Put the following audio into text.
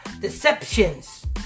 deceptions